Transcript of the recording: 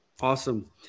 Awesome